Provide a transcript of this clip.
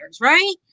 right